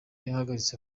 bahagaritse